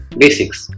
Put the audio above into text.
basics